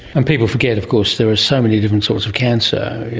and people forget of course there are so many different sorts of cancer,